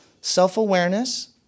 Self-awareness